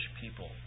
people